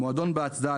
מועדון בהצדעה.